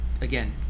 again